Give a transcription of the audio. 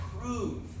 prove